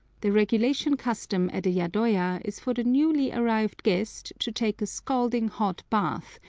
the regulation custom at a yadoya is for the newly arrived guest to take a scalding hot bath,